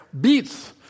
beats